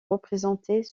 représentés